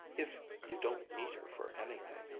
if you don't need her for anything.